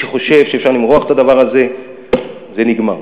מי שחושב שאפשר למרוח את הדבר הזה, זה נגמר.